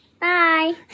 bye